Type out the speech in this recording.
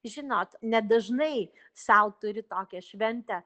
žinot nedažnai sau turi tokią šventę